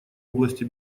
области